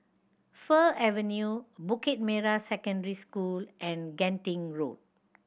Fir Avenue Bukit Merah Secondary School and Genting Road